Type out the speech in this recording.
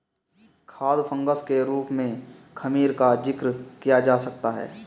खाद्य फंगस के रूप में खमीर का जिक्र किया जा सकता है